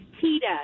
Tita